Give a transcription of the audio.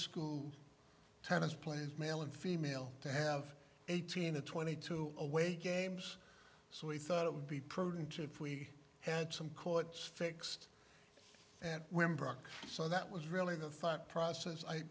school tennis players male and female to have eighteen and twenty two away games so we thought it would be prudent if we had some courts fixed and when broke so that was really the thought process i